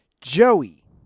Joey